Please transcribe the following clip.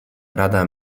rada